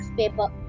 paper